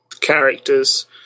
characters